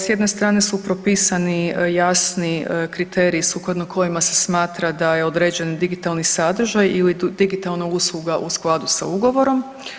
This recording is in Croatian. S jedne strane su propisani jasni kriteriji sukladno kojima se smatra da je određen digitalni sadržaj ili digitalna usluga u skladu sa ugovorom.